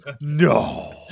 no